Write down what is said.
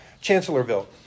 Chancellorville